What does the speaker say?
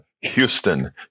Houston